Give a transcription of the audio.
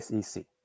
SEC